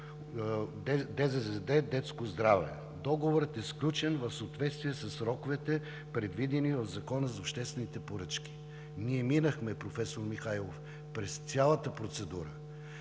ДЗЗД „Детско здраве“. Договорът е сключен в съответствие със сроковете, предвидени в Закона за обществените поръчки. Ние минахме, професор Михайлов, през цялата процедура